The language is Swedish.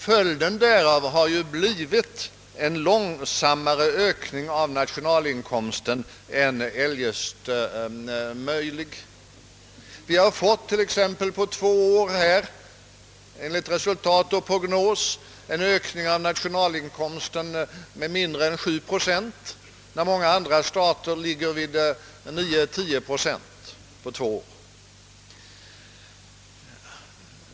Följden därav har blivit en långsammare ökning av nationalinkomsten än som eljest varit möjlig. Vi har t.ex. på två år enligt resultat och prognos fått en ökning av nationalinkomsten med mindre än 7 procent, när många andra industristater ligger vid 9—10 procent för samma tid.